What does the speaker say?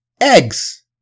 Eggs